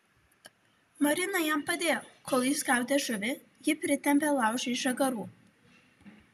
marina jam padėjo kol jis gaudė žuvį ji pritempė laužui žagarų